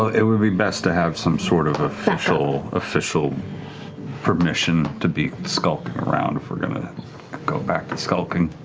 ah it would be best to have some sort of official official permission to be skulking around, if we're going to go back to skulking.